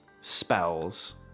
spells